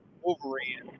Wolverine